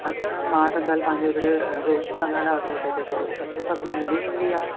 अछा मां त काल्ह पंहिंजे हिकिड़े दोस्त सां ॻाल्हायो त उहो त चए थो छह सौ तक मिली वेंदी आहे